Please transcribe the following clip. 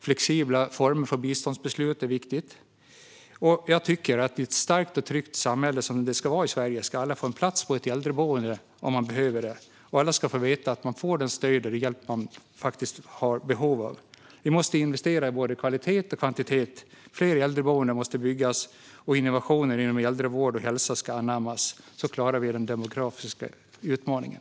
Flexibla former för biståndsbeslut är också viktigt. I ett starkt och tryggt samhälle, som det ska vara i Sverige, tycker jag att alla som behöver det ska få en plats i ett äldreboende. Alla ska veta att de får det stöd och den hjälp de har behov av. Vi måste investera i både kvalitet och kvantitet. Fler äldreboenden måste byggas, och innovationer inom äldrevård och hälsa ska anammas. På så vis klarar vi den demografiska utmaningen.